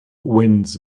winds